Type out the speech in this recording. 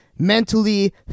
Mentally